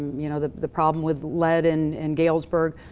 you know, the the problem with lead in in galesburg,